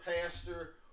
pastor